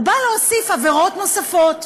הוא בא להוסיף עבירות נוספות.